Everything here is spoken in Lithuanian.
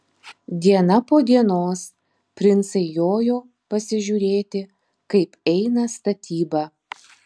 diena po dienos princai jojo pasižiūrėti kaip eina statyba